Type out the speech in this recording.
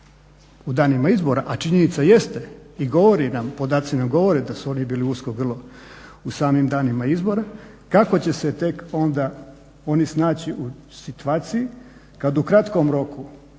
u danima izbora, a činjenica jeste i podaci nam govore da su oni bili usko grlo u samim danima izbora, kako će se tek onda oni snaći u situaciji kad u kratkom roku